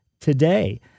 today